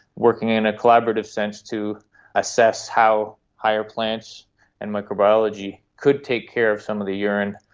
working in a collaborative sense to assess how higher plants and microbiology could take care of some of the urine,